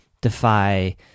defy